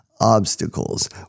obstacles